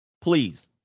Please